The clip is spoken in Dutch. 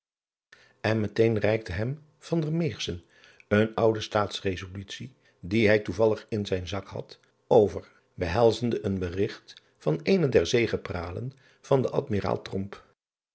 en meteen reikte hem eene oude taatsresolutie die hij toevallig in zijn zak had over behelzende een berigt van eene der zegepralen van den dmiraal